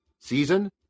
season